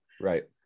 Right